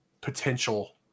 potential